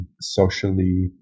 Socially